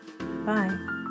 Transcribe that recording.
bye